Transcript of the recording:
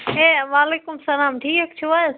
ہے وعلیکُم اسلام ٹھیٖک چھِو حظ